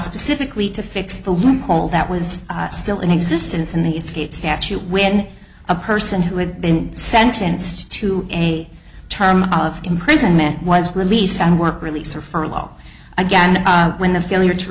specifically to fix the loophole that was still in existence in the escape statute when a person who had been sentenced to a term of imprisonment was released on work release or furlough again when the failure to